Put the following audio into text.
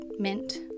mint